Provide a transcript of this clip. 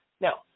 no